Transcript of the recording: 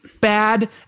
bad